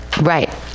right